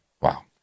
Wow